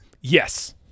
Yes